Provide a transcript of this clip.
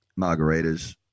margaritas